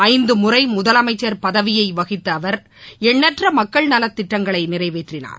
ஐந்துமுறைமுதலமைச்சர் பதவியைவகித்தஅவர் எண்ணற்றமக்கள் நலத்திட்டங்களைநிறைவேற்றினார்